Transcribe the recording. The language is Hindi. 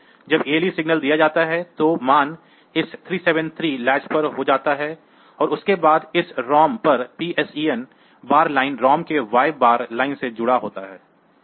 जब ALE सिग्नल दिया जाता है तो मान इस 373 लैच पर हो जाता है और उसके बाद इस ROM पर PSEN बार लाइन ROM के y बार लाइन से जुड़ा होता है